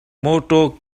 mawtaw